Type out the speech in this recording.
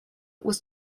was